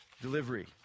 delivery